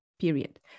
period